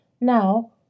Now